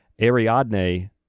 Ariadne